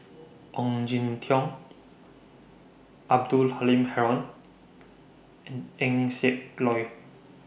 Ong Jin Teong Abdul Halim Haron and Eng Siak Loy